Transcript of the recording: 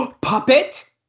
Puppet